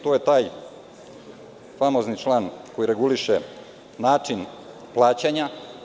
To je taj famozni član koji reguliše način plaćanja.